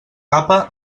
capa